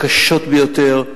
הקשות ביותר,